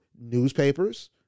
newspapers